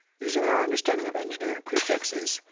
using our understanding of engineering prefixes,